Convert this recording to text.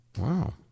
Wow